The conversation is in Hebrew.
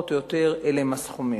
אלה הסכומים,